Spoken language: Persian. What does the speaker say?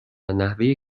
نحوه